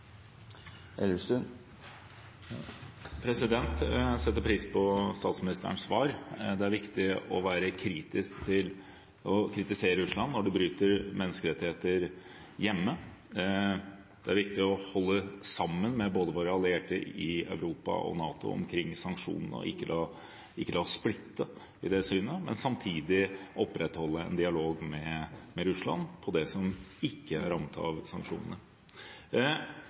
Elvestuen – til oppfølgingsspørsmål. Jeg setter pris på statsministerens svar. Det er viktig å være kritisk til og kritisere Russland når de bryter menneskerettigheter hjemme. Det er viktig å holde sammen med våre allierte både i Europa og i NATO når det gjelder sanksjonene, og ikke la oss splitte i det synet, men samtidig opprettholde en dialog med Russland på det som ikke er rammet av sanksjonene.